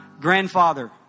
grandfather